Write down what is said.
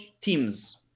teams